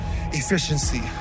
efficiency